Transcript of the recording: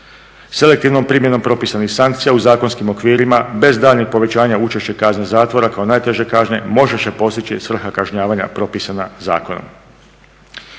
Selektivnom primjenom propisanih sankcija u zakonskim okvirima bez daljnjeg povećanja učešća kazne zatvora kao najteže kazne može se postići svrha kažnjavanja propisana zakonom.